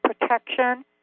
protection